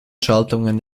schaltungen